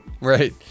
Right